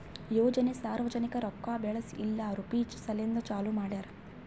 ಯೋಜನೆ ಸಾರ್ವಜನಿಕ ರೊಕ್ಕಾ ಬೆಳೆಸ್ ಇಲ್ಲಾ ರುಪೀಜ್ ಸಲೆಂದ್ ಚಾಲೂ ಮಾಡ್ಯಾರ್